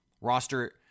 Roster